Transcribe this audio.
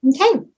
Okay